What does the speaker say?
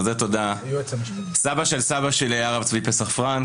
סבא של סבא שלי היה הרב צבי פסח פרנק,